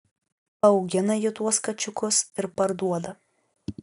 paaugina ji tuos kačiukus ir parduoda